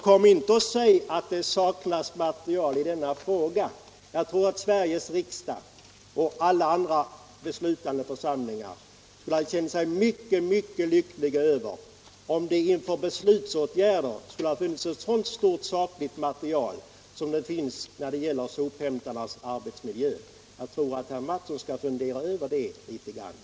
Kom inte och säg att det saknas material i den här frågan! Jag tror att Sveriges riksdag och andra beslutande församlingar skulle ha känt sig mycket lyckliga om det inför andra beslutsåtgärder funnits ett så stort sakligt material som det finns beträffande sophämtarnas arbetsmiljö. Jag tror att herr Mattsson skall fundera över det litet grand.